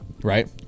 Right